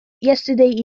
yesterday